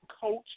coach